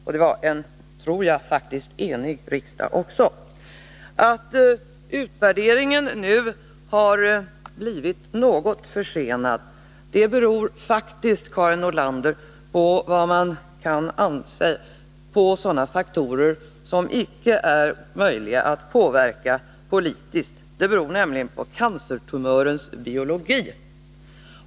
Jag tror faktiskt att riksdagen var enig om detta beslut. Att utvärderingen nu har blivit något försenad beror, Karin Nordlander, på sådana faktorer som icke är möjliga att påverka politiskt, nämligen cancertumörens biologi.